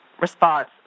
response